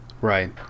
Right